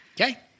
Okay